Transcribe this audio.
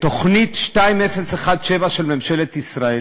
בתוכנית 2017 של ממשלת ישראל